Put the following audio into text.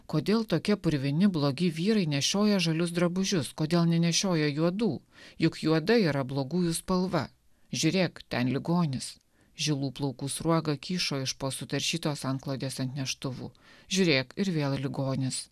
kodėl tokie purvini blogi vyrai nešioja žalius drabužius kodėl nenešiojo juodų juk juoda yra blogųjų spalva žiūrėk ten ligonis žilų plaukų sruoga kyšo iš po sutaršytos antklodės ant neštuvų žiūrėk ir vėl ligonis